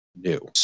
new